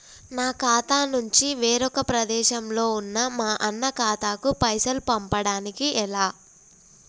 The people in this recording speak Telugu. నా ఖాతా నుంచి వేరొక ప్రదేశంలో ఉన్న మా అన్న ఖాతాకు పైసలు పంపడానికి ఎలా?